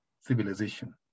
civilization